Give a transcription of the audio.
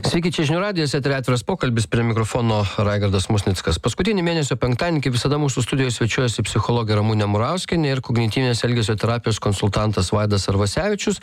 sveiki čia žinių radijas eteryje atviras pokalbis prie mikrofono raigardas musnickas paskutinį mėnesio penktadienį kaip visada mūsų studijoj svečiuojasi psichologė ramunė murauskienė ir kognityvinės elgesio terapijos konsultantas vaidas arvasevičius